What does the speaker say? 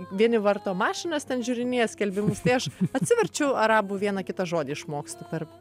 vieni varto mašinas ten žiūrinėja skelbimus tai aš atsiverčiau arabų vieną kitą žodį išmokstu per